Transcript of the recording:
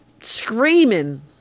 screaming